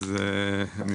אז אני